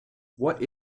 what